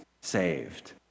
saved